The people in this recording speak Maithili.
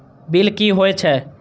बील की हौए छै?